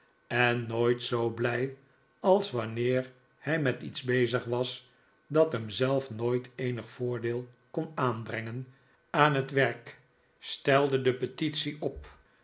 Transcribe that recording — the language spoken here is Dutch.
en nooit zoo blij als wanneer hij met iets bezig was dat hem zelf nooit eenig voordeel kon aanbrengen aan het werk stelde de petitie op